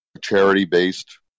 charity-based